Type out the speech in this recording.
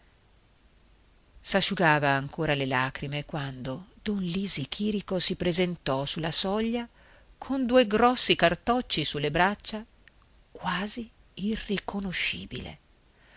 paura s'asciugava ancora le lagrime quando don lisi chìrico si presentò su la soglia con due grossi cartocci su le braccia quasi irriconoscibile